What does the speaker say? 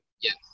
Yes